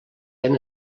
ben